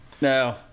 No